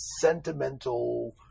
sentimental